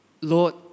Lord